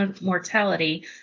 mortality